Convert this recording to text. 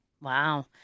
Wow